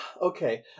okay